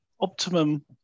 optimum